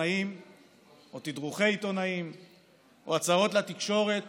עיתונאים או תדרוכי עיתונאים או הצהרות לתקשורת